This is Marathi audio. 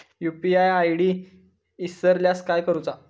यू.पी.आय आय.डी इसरल्यास काय करुचा?